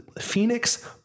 Phoenix